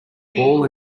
ball